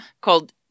called